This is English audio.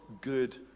good